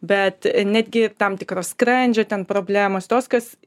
bet netgi tam tikros skrandžio ten problemos tos kas